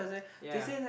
ya